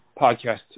podcast